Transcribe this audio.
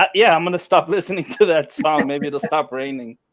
yeah yeah, i'm gonna stop listening to that spot maybe to stop raining.